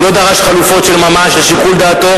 הוא לא דרש חלופות של ממש לשיקול דעתו